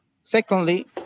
secondly